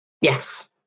Yes